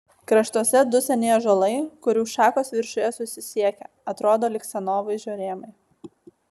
kraštuose du seni ąžuolai kurių šakos viršuje susisiekia atrodo lyg scenovaizdžio rėmai